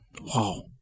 Wow